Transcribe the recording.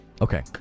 Okay